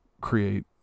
create